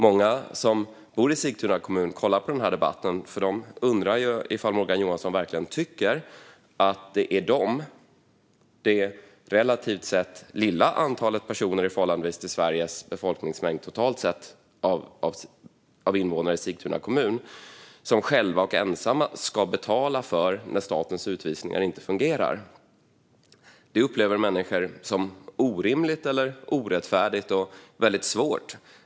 Många som bor i Sigtuna kommun och ser på den här debatten undrar ifall Morgan Johansson verkligen tycker att det är de, det relativt sett lilla antalet personer som är invånare i Sigtuna kommun i förhållande till Sveriges befolkningsmängd totalt sett, som själva och ensamma ska betala när statens utvisningar inte fungerar. Det upplever människor som orimligt eller orättfärdigt och väldigt svårt.